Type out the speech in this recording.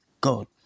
God